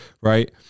right